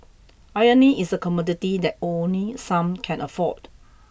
irony is a commodity that only some can afford